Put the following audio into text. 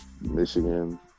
Michigan